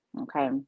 Okay